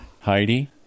Heidi